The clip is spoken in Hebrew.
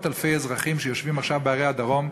אלפי אזרחים שיושבים עכשיו בערי הדרום.